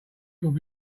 would